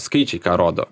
skaičiai ką rodo